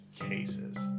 cases